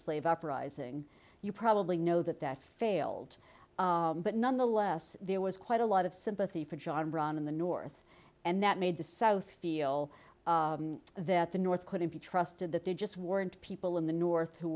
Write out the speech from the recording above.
slave uprising you probably know that that failed but nonetheless there was quite a lot of sympathy for john brown in the north and that made the south feel that the north couldn't be trusted that there just weren't people in the north who